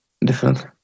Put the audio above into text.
different